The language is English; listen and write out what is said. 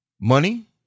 Money